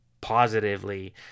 positively